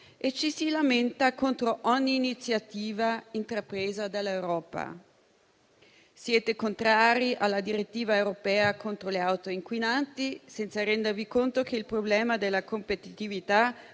e ci si lamenta contro ogni iniziativa intrapresa dall'Europa. Siete contrari alla direttiva europea contro le auto inquinanti, senza rendervi conto che il problema della competitività